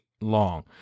long